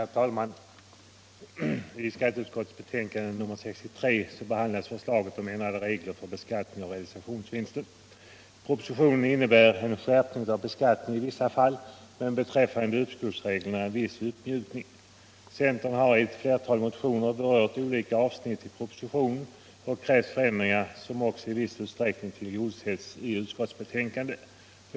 Herr talman! I skatteutskottets betänkande nr 63 behandlas förslaget om ändrade regler för beskattning av realisationsvinster. Propositionen innebär en skärpning av beskattningen i vissa fall men beträffande uppskovsreglerna en viss uppmjukning. Centern har i ett flertal motioner berört olika avsnitt i propositionen och krävt förändringar som också i viss utsträckning tillstyrkts i utskottsbetänkandet.